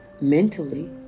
mentally